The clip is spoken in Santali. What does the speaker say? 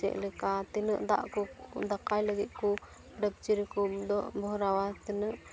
ᱪᱮᱫ ᱞᱮᱠᱟ ᱛᱤᱱᱟᱹᱜ ᱫᱟᱜ ᱠᱚ ᱫᱟᱠᱟᱭ ᱞᱟᱹᱜᱤᱫ ᱠᱚ ᱰᱮᱠᱪᱤ ᱨᱮᱠᱚ ᱵᱷᱚᱨᱟᱣᱟ ᱛᱤᱱᱟᱹᱜ